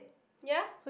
ya